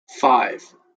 five